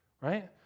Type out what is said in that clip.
right